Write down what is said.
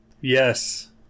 Yes